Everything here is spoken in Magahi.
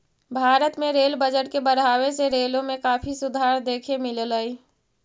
भारत में रेल बजट के बढ़ावे से रेलों में काफी सुधार देखे मिललई